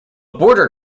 border